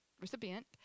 Recipient